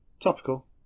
Topical